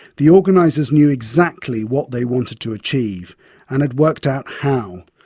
the organisers knew exactly what they wanted to achieve and had worked out how.